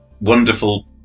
wonderful